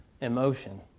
emotion